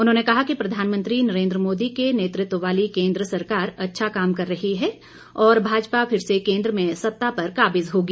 उन्होंने कहा कि प्रधानमंत्री नरेन्द्र मोदी के नेतृत्व वाली केन्द्र सरकार अच्छा काम कर रही है और भाजपा फिर से केन्द्र में सत्ता पर काबिज होगी